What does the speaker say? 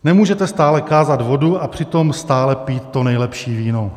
Nemůžete stále kázat vodu, a přitom stále pít to nejlepší víno.